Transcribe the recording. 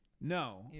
No